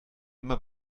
immer